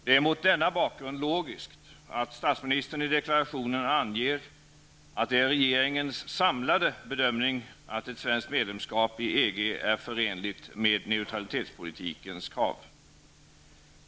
Det är mot denna bakgrund logiskt att statsministern i deklarationen anger att ''det är regeringens samlade bedömning att ett svenskt medlemskap i EG är förenligt med neutralitetspolitikens krav''.